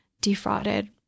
defrauded